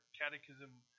catechism